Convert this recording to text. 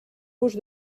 vos